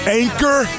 anchor